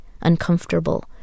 uncomfortable